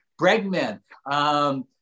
Bregman